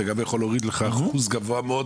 אתה גם יכול להוריד לך אחוז גבוה מאוד